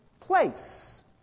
place